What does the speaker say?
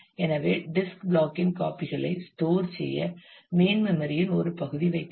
எனவே disk block இன் copy களை ஸ்டோர் செய்ய மெயின் மெம்மரி இன் ஒரு பகுதி வைக்கப்படும்